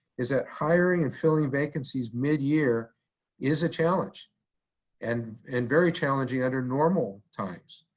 is that hiring and filling vacancies mid-year is a challenge and and very challenging under normal times.